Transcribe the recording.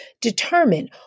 determine